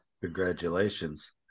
congratulations